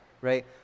right